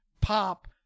pop